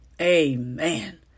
Amen